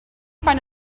find